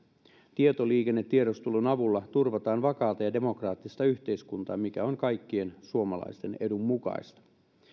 tietoliikennetiedustelun avulla turvataan vakaata ja demokraattista yhteiskuntaa mikä on kaikkien suomalaisten edun mukaista